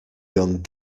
young